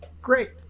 Great